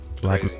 Black